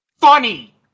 funny